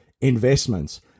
investments